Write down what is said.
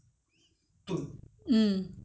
you only need the buy the lotus root ah